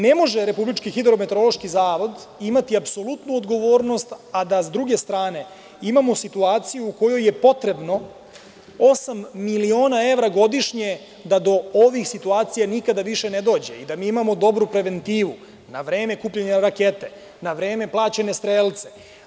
Ne može Republički hidrometeorološki zavod imati apsolutnu odgovornost, a da sa druge stane imamo situaciju u kojoj je potrebno osam miliona evra godišnje da do ovih situacija nikada više ne dođe i da mi imamo dobru preventivu, na vreme kupljene rakete, na vreme plaćene strelce.